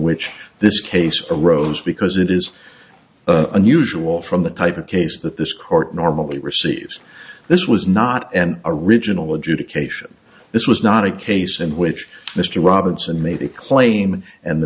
this case arose because it is unusual from the type of case that this court normally receives this was not an original adjudication this was not a case in which mr robinson made a claim and the